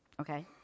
okay